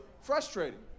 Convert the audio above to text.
frustrating